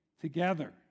together